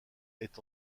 est